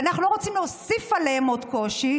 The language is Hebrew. ואנחנו לא רוצים להוסיף עליהם עוד קושי.